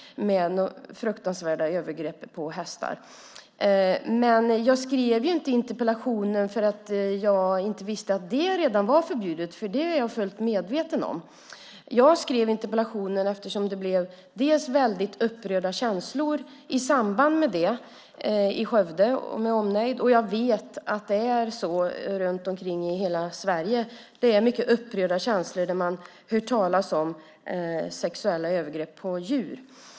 Det var fruktansvärda övergrepp på hästar. Men jag skrev inte interpellationen för att jag inte visste att det redan var förbjudet. Det är jag nämligen fullt medveten om. Jag skrev interpellationen eftersom det blev väldigt upprörda känslor i Skövde med omnejd i samband med detta. Och jag vet att det är mycket upprörda känslor i hela Sverige när man hör talas om sexuella övergrepp på djur.